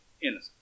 innocent